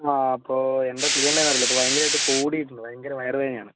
ആ അപ്പോൾ എന്താണ് ചെയ്യേണ്ടത് എന്ന് അറിയില്ല ഇപ്പോൾ ഭയങ്കരമായിട്ട് കൂടിയിട്ടുണ്ട് ഭയങ്കര വയർ വേദന ആണ്